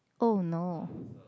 oh no